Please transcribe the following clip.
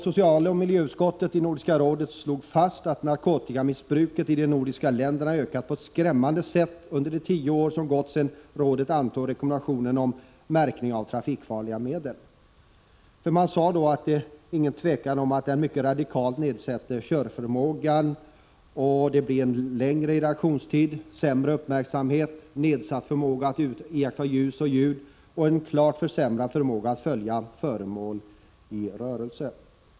Socialoch miljöutskottet i Nordiska rådet slog fast att narkotikamissbruket i de nordiska länderna har ökat på ett skrämmande sätt under de tio år som gått sedan rådet antog rekommendationen om märkning av trafikfarliga medel. Man sade att det är inget tvivel om att sådana medel radikalt nedsätter körförmågan, att det blir längre reaktionstider, sämre uppmärksamhet, nedsatt förmåga att iaktta ljus och ljud och en klart försämrad förmåga att följa föremål i rörelse.